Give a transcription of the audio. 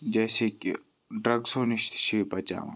جیسے کہِ ڈرٛگسو نِش تہِ چھِ یہِ بَچاوان